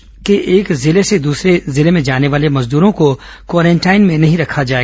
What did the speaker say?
प्रदेश के एक जिले से दूसरे जिले में जाने वाले श्रमिकों को क्वारेंटीन में नही रखा जाए